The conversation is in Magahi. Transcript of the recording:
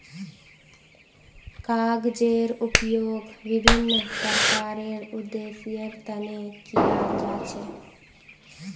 कागजेर उपयोग विभिन्न प्रकारेर उद्देश्येर तने कियाल जा छे